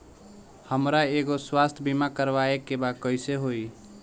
हमरा एगो स्वास्थ्य बीमा करवाए के बा कइसे होई?